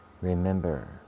Remember